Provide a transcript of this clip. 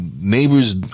neighbors